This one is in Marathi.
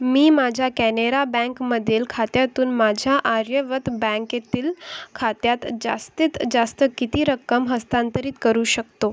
मी माझ्या कॅनरा बँकमधील खात्यातून माझ्या आर्यव्रत बँकेतील खात्यात जास्तीत जास्त किती रक्कम हस्तांतरित करू शकतो